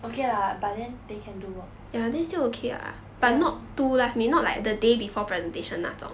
okay lah but then they can do work ya